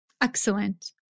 Excellent